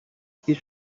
his